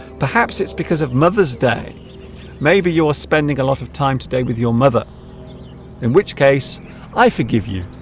perhaps it's because of mother's day maybe you're spending a lot of time today with your mother in which case i forgive you